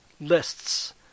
lists